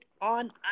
on